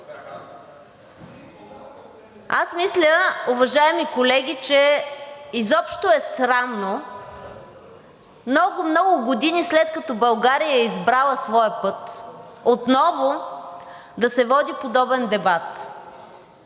Аз мисля, уважаеми колеги, че изобщо е странно много, много години, след като България е избрала своя път, отново да се води подобен дебат.